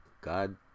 God